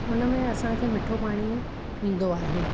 हुनमें असांखे मिठो पाणी ईंदो आहे